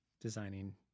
designing